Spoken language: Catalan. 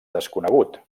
desconegut